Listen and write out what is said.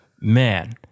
man